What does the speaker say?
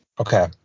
Okay